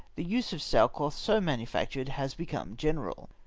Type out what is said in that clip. the use of sail cloth so manufactured has become general.